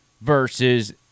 versus